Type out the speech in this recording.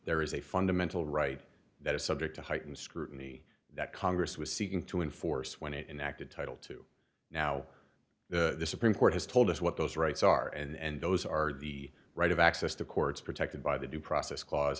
there is a fundamental right that is subject to heightened scrutiny that congress was seeking to enforce when it in acted title to now the supreme court has told us what those rights are and those are the right of access to courts protected by the due process cla